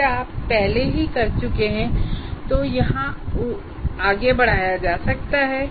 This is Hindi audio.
यदि आप पहले ही कर चुके हैं तो उन्हें यहां आगे बढ़ाया जा सकता है